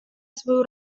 свою